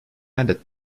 added